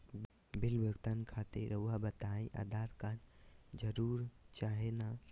Bill भुगतान खातिर रहुआ बताइं आधार कार्ड जरूर चाहे ना?